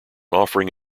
offering